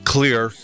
Clear